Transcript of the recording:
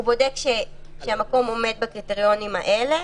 הוא בודק שהמקום עומד בקריטריונים האלה